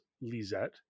Lizette